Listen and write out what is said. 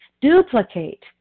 duplicate